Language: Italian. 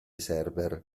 server